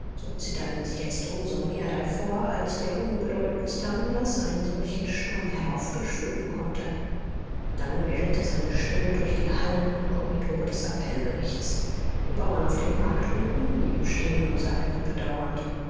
so zitterten sie jetzt um so mehr davor als der unbedeutendste anlaß einen solchen sturm heraufbeschwören konnte dann gellte seine stimme durch die hallen und korridore des appellgerichts die bauern auf dem markt unten blieben stehen und sagten bedauernd